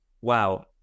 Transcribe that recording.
wow